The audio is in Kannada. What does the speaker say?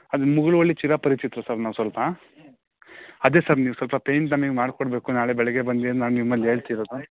ಅದು ಮುಗುಳುವಳ್ಳಿ ಚಿರಪರಿಚಿತ್ರು ಸರ್ ನಾವು ಸ್ವಲ್ಪ ಅದೇ ಸರ್ ನೀವು ಸ್ವಲ್ಪ ಪೇಂಯ್ಟ್ ನಮಗೆ ಮಾಡಿಕೊಡ್ಬೇಕು ನಾಳೆ ಬೆಳಿಗ್ಗೆ ಬಂದು ನಾನು ನಿಮ್ಮಲ್ಲಿ ಹೇಳ್ತಿರೋದು